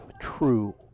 true